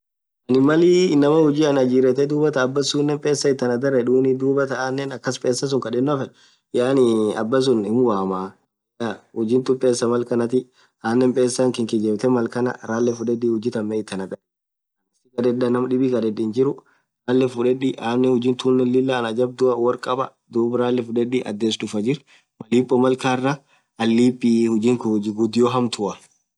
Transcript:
Ann Malii inamaan huji ana ajirethe dhubathaan abasunen pesa ithi ana dharr yedhun dhuathan ananen akas pesa kadheno fedh yaani abasun hin wamma namaya huji pesa malkanathi ananen pesa khikhi jebithee malkhana ralefudhedhi huji than Mee ithi anadhari akasi sikadhedha naam dhib kadhiibii khadhethu hijiru ralefudhedhi ananen huji tunen Lilah ana jabdhua worr khaba ralefudhedhi adhes dhufaa jirr malipo malkaraaa ann lipiii huji khun huji ghudio hamtua